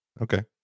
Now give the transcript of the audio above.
Okay